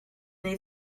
neu